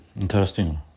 interesting